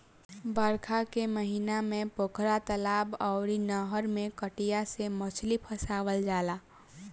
बरखा के महिना में पोखरा, तलाब अउरी नहर में कटिया से मछरी फसावल जाला